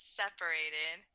separated